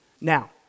Now